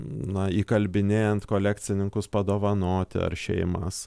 na įkalbinėjant kolekcininkus padovanoti ar šeimas